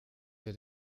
wir